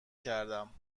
کردم